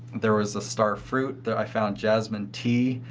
there was a star fruit that i found jasmine tea.